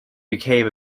became